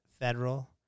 federal